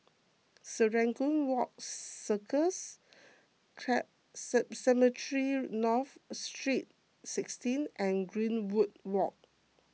Serangoon Garden Circus Cemetry North Street sixteen and Greenwood Walk